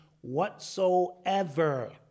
whatsoever